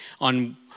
on